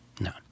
No